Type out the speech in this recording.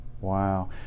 wow